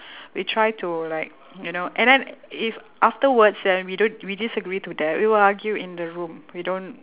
we try to like you know and then if afterwards and we don't we disagree to that we will argue in the room we don't